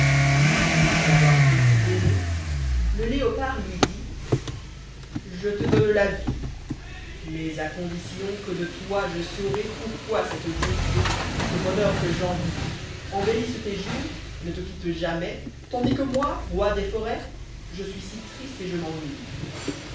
après l'avoir considéré le léopard lui dit je te donne la vie mais à condition que de toi je saurai iv gaîté ce bonheur que j'envie embellissent tes jours ne te quittent jamais tandis que moi roi des forêts je suis si triste et je m'ennuie